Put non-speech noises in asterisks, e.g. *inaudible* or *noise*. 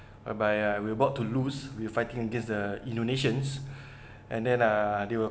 whereby uh we were about to lose we're fighting against the indonesians *breath* and then uh they will